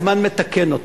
הזמן מתקן אותו.